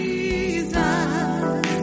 Jesus